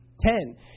ten